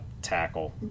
Tackle